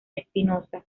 espinosa